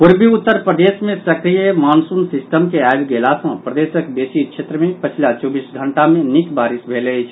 पूर्वी उत्तर प्रदेश मे सक्रिय मॉनसून सिस्टम के आबि गेला सँ प्रदेशक बेसी क्षेत्र मे पछिला चौबीस घंटा मे निक बारिश भेल अछि